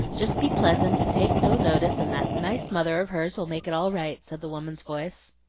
jest be pleasant, and take no notice, and that nice mother of hers will make it all right, said the woman's voice.